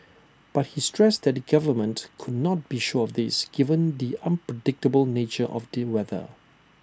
but he stressed that the government could not be sure of this given the unpredictable nature of the weather